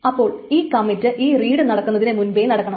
അപ്പോൾ ഈ കമ്മിറ്റ് ഈ റീഡ് നടക്കുന്നതിനു മുൻപേ നടക്കണം